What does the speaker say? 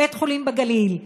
בית-חולים בגליל,